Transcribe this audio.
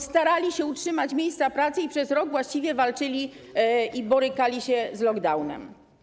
Starali się utrzymać miejsca pracy i przez rok właściwie walczyli i borykali się z lockdownem.